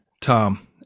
Tom